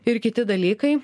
ir kiti dalykai